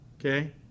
okay